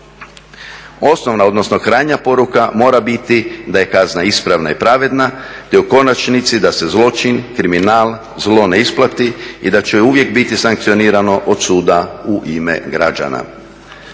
Osnovna odnosno krajnja poruka mora biti da je kazna ispravna i pravedna, te u konačnici da se zločin, kriminal, zlo ne isplati i da će uvijek biti sankcionirano od suda u ime građana.